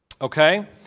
okay